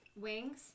wings